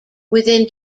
within